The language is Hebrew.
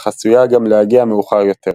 אך עשויה גם להגיע מאוחר יותר.